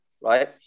right